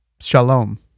Shalom